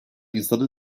insanı